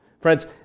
Friends